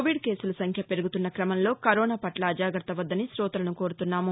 Covid కేసులసంఖ్య పెరుగుతున్న క్రమంలో కరోనాపట్ల అజాగ్రత్త వద్దని కోతలను కోరుచున్నాము